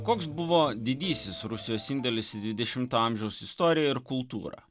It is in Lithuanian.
koks buvo didysis rusijos indėlis į dvidešimto amžiaus istoriją ir kultūrą